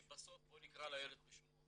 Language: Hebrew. כי בסוף בוא נקרא לילד בשמו,